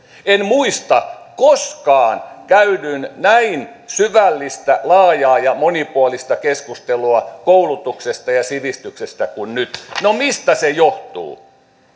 en muista koskaan käydyn näin syvällistä laajaa ja monipuolista keskustelua koulutuksesta ja sivistyksestä kuin nyt no mistä se johtuu